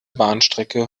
bahnstrecke